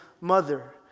mother